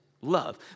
love